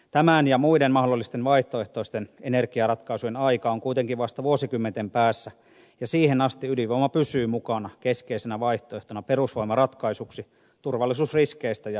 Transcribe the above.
tämän ja muiden mahdollisten vaihtoehtoisten energiaratkaisujen aika on kuitenkin vasta vuosikymmenten päässä ja siihen asti ydinvoima pysyy mukana keskeisenä vaihtoehtona perusvoimaratkaisuksi turvallisuusriskeistä ja ydinjäteongelmasta huolimatta